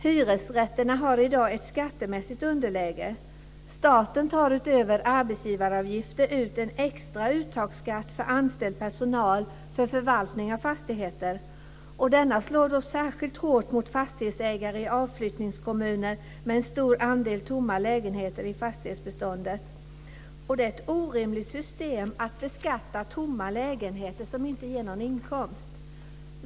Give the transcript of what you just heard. Hyresrätterna har i dag ett skattemässigt underläge. Staten tar utöver arbetsgivaravgifter ut en extra uttagsskatt för anställd personal för förvaltning av fastigheter. Denna slår särskilt hårt mot fastighetsägare i avflyttningskommuner med en stor andel tomma lägenheter i fastighetsbeståndet. Det är ett orimligt system att beskatta tomma lägenheter som inte ger någon inkomst.